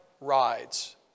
rides